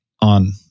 on